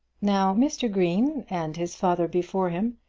now mr. green, and his father before him,